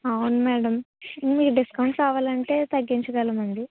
అవును మేడం మీకు డిస్కౌంట్ కావాలంటే తగ్గించగలమండి